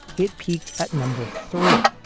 it peaked at number three,